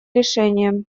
решением